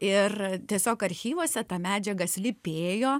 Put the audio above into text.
ir tiesiog archyvuose ta medžiaga slypėjo